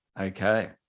Okay